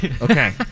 okay